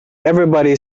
everybody